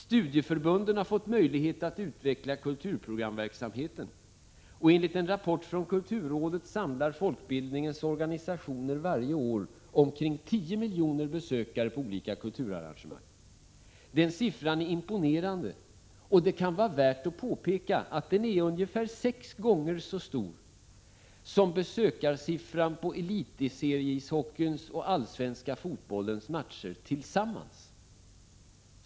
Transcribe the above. Studieförbunden har fått möjlighet att utveckla kulturprogramverksamheten, och enligt en rapport från kulturrådet samlar folkbildningens organisationer varje år omkring 10 miljoner besökare på olika kulturarrangemang. Den siffran är imponerande, och det kan vara värt att påpeka att den är ungefär sex gånger så stor som besökssiffran på elitseriehockeyns och den allsvenska fotbollens matcher tillsammans.